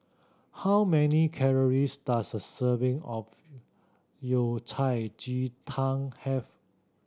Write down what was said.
how many calories does a serving of Yao Cai ji tang have